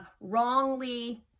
wrongly